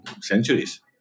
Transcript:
centuries